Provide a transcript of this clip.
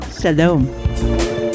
Shalom